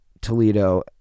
Toledo